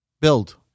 Build